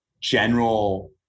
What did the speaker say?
general